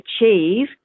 achieve